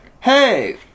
hey